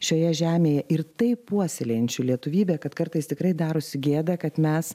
šioje žemėje ir taip puoselėjančių lietuvybę kad kartais tikrai darosi gėda kad mes